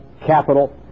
capital